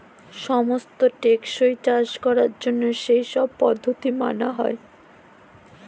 সমস্ত টেকসই চাষ করার জন্য সেই সব পদ্ধতি মানা হয়